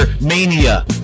mania